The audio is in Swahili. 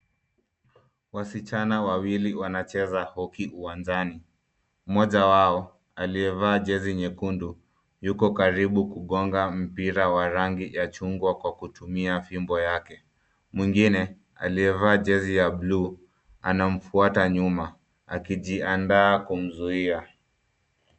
Wasichana wawili wanacheza hockey uwanjani. Mmoja wao aliyevaa jezi nyekundu yuko karibu kugonga mpira wa rangi ya chungwa kwa kutumia fimbo yake. Mwingine aliyevaa jezi ya bluu anamfuata nyuma, akijiandaa kumzuia.